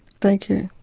thank you.